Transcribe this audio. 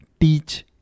teach